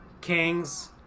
Kings